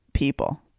People